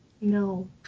no